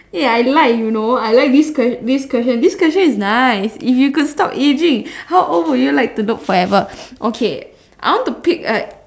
eh I like you know I like this quest~ this question this question is nice if you could stop ageing how old would you like to look forever okay I want to pick a